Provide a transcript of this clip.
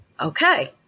okay